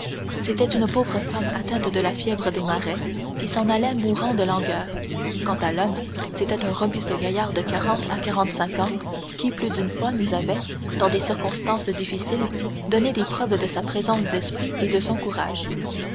c'était une pauvre femme atteinte de la fièvre des marais qui s'en allait mourant de langueur quant à l'homme c'était un robuste gaillard de quarante à quarante-cinq ans qui plus d'une fois nous avait dans des circonstances difficiles donné des preuves de sa présence d'esprit et de son courage